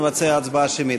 נבצע הצבעה שמית.